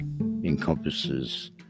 encompasses